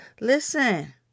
Listen